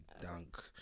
dunk